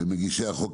מגישי החוק,